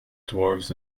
dwarves